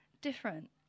different